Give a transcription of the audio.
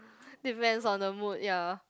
depends on the mood ya